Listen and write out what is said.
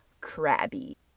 crabby